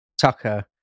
Tucker